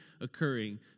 occurring